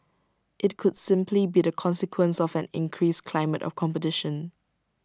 IT could simply be the consequence of an increased climate of competition